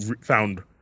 found